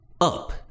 up